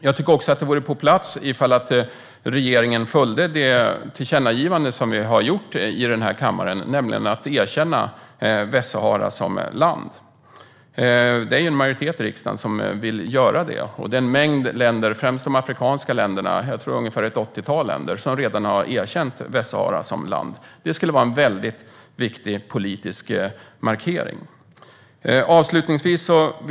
Jag tycker också att det vore på sin plats att regeringen följde det tillkännagivande som vi har gjort här i kammaren, nämligen att erkänna Västsahara som land. Det är en majoritet i riksdagen som vill göra det, och en mängd länder - ungefär ett 80-tal länder, främst de afrikanska länderna - har redan erkänt Västsahara som land. Det skulle vara en väldigt viktig politisk markering.